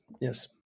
Yes